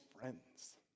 friends